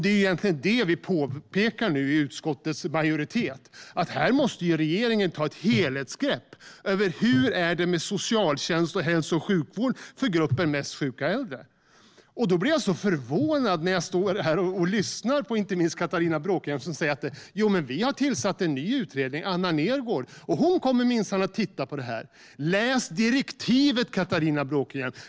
Det är egentligen detta vi nu påpekar i utskottets majoritet. Här måste regeringen ta ett helhetsgrepp om hur det är med socialtjänst och hälso och sjukvård för gruppen mest sjuka äldre. Jag blir förvånad när jag står här och lyssnar, inte minst på Catharina Bråkenhielm, som säger: Vi har tillsatt en ny utredare, Anna Nergårdh, och hon kommer minsann att titta på det här. Läs direktivet, Catharina Bråkenhielm!